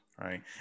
Right